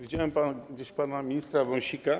Widziałem gdzieś pana ministra Wąsika.